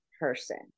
person